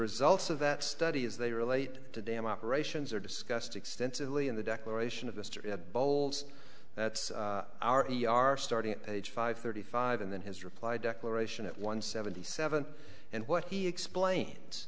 results of that study as they relate to dam operations are discussed extensively in the declaration of mr bowles that's our e r starting at age five thirty five and then his reply declaration at one seventy seven and what he explains